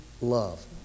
love